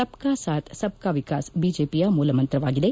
ಸಬ್ ಕಾ ಸಾಥ್ ಸಬ್ ಕಾ ವಿಕಾಸ್ ಬಿಜೆಪಿಯ ಮೂಲ ಮಂತ್ರವಾಗಿದೆ